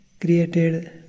created